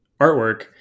artwork